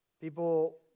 People